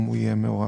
המידע.